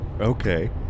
Okay